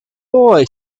boy